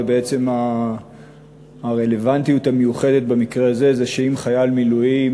ובעצם הרלוונטיות המיוחדת במקרה הזה היא שאם חייל מילואים